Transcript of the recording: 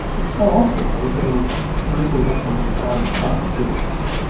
but so often there's then little that can be done ah afterwards,